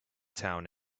town